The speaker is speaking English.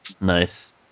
Nice